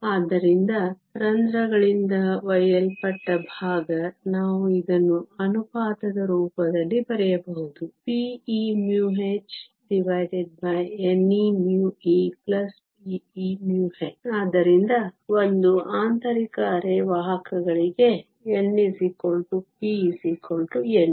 ಆದ್ದರಿಂದ ರಂಧ್ರಗಳಿಂದ ಒಯ್ಯಲ್ಪಟ್ಟ ಭಾಗ ನಾವು ಇದನ್ನು ಅನುಪಾತದ ರೂಪದಲ್ಲಿ ಬರೆಯಬಹುದು p e μhn e μe p e μh ಆದ್ದರಿಂದ ಒಂದು ಆಂತರಿಕ ಅರೆವಾಹಕಗಳಗಿ n p ne